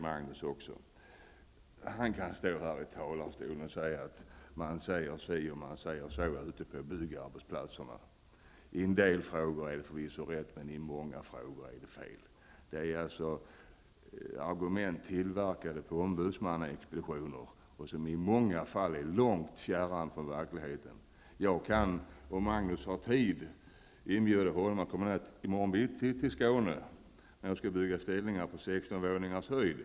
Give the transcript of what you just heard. Magnus Persson kan stå här i talarstolen och säga att man säger si och att man säger så ute på arbetsplatserna. I en del frågor är det förvisso rätt, men i många frågor är det fel. Det är ofta argument som är tillverkade på ombudsmannaexpeditioner och som i många fall är helt fjärran från verkligheten. Om Magnus Persson har tid, kan jag inbjuda honom att komma ner till Skåne i morgon bitti när jag skall bygga ställningar på 16 våningars höjd.